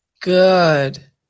Good